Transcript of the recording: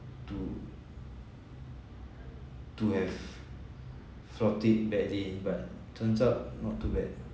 to to have sort of did badly but turns out not too bad